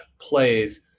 plays